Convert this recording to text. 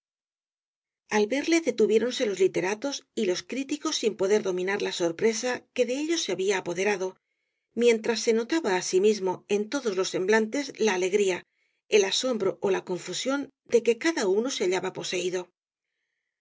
al verle detuviéronse los literatos y los críticos sin poder dominar la sorpresa que de ellos se había apoderado mientras se notaba asimismo en todos los semblantes la alegría el asombro ó la confusión de que cada uno se hallaba poseído